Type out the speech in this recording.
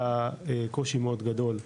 היה קושי מאוד גדול,